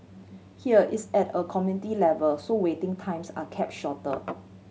here it's at a community level so waiting times are kept shorter